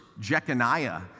Jeconiah